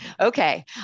Okay